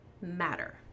matter